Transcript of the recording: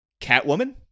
Catwoman